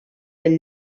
del